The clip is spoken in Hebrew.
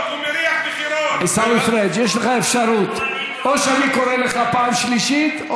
מה הוא מריח זה לא עניין של אף אחד.